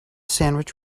sandwich